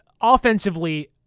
offensively